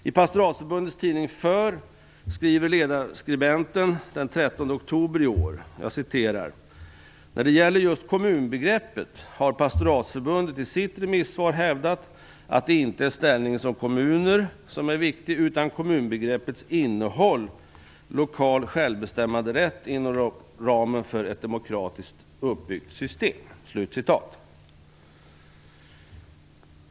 I Pastoratsförbundets tidning HÖR skriver ledarskribenten den 13 oktober i år att Pastoratsförbundet när det gäller just kommunbegreppet i sitt remissvar har hävdat att det inte är ställningen som kommuner som är viktig utan kommunbegreppets innehåll: lokal självbestämmanderätt inom ramen för ett demokratiskt uppbyggt system.